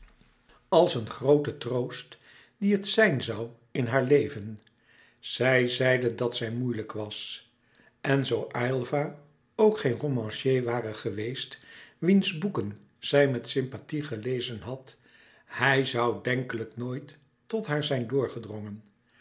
als een groote troost die het zijn zoû in haar leven zij zeide dat zij moeilijk was en zoo aylva ook geen romancier ware geweest wiens boeken zij met sympathie gelezen had hij zoû denkelijk nooit louis couperus metamorfoze tot haar zijn doorgedrongen